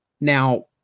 Now